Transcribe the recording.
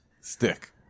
stick